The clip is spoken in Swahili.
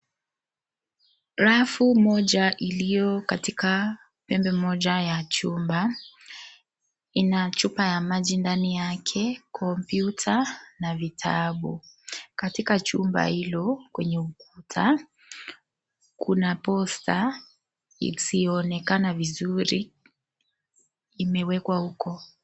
Rafu mona iliyo katika pempe moja wa jumba, ina chupa ya maji ndani yake , kompyuta na vitabu. Katika jumba hilo kwenye ukuta kuna posta isiyoonekana vizuri imewekwa uko.